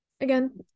Again